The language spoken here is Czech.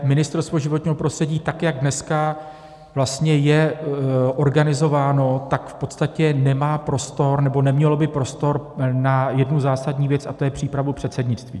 Ministerstvo životního prostředí tak, jak dneska vlastně je organizováno, v podstatě nemá prostor nebo nemělo by prostor na jednu zásadní věc, a to je přípravu předsednictví.